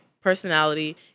personality